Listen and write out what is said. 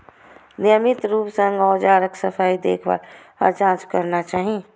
नियमित रूप सं औजारक सफाई, देखभाल आ जांच करना चाही